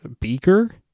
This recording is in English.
Beaker